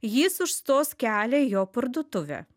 jis užstos kelią į jo parduotuvę